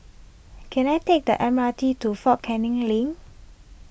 can I take the M R T to fort Canning Link